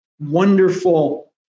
wonderful